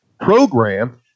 program